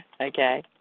okay